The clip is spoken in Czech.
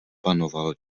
panoval